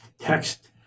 text